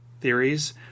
theories